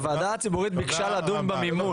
הוועדה הציבורית ביקשה לדון במימון.